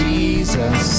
Jesus